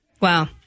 wow